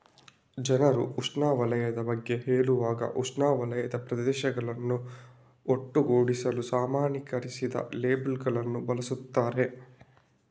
ಜನರು ಉಷ್ಣವಲಯದ ಬಗ್ಗೆ ಹೇಳುವಾಗ ಉಷ್ಣವಲಯದ ಪ್ರದೇಶಗಳನ್ನು ಒಟ್ಟುಗೂಡಿಸಲು ಸಾಮಾನ್ಯೀಕರಿಸಿದ ಲೇಬಲ್ ಗಳನ್ನು ಬಳಸುತ್ತಾರೆ